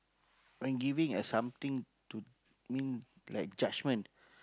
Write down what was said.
when giving a something to mean like judgement